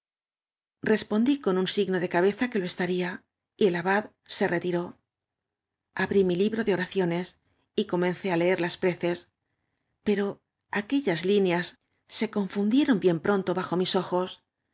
respondí con un signo de cabeza que lo esta ría y el abad se retiró abrí mi libro de oracio nes y comencé á leer las preces pero aquellas líneas se codtudderon bienproato bajo mis ojos